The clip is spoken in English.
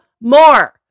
more